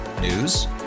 News